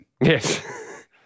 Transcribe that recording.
Yes